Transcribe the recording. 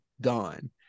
done